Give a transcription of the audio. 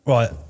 Right